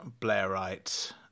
Blairite